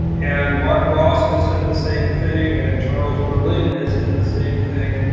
and mark ross has said the same thing, and charles berlin has said the same thing.